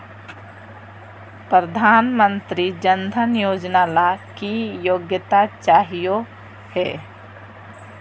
प्रधानमंत्री जन धन योजना ला की योग्यता चाहियो हे?